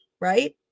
right